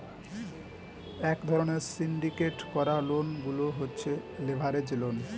এক ধরণের সিন্ডিকেট করা লোন গুলো হচ্ছে লেভারেজ লোন